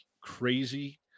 crazy